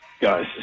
guys